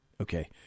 Okay